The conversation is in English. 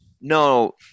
no